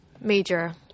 major